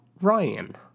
Ryan